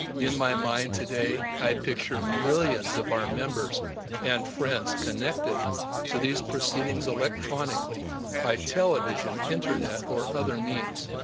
in my mind today, i picture millions of our members and friends connected to these proceedings electronically by television, internet, or other means.